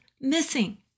Missing